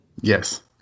Yes